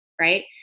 right